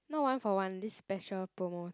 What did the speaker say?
no one for one this special promo